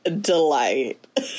delight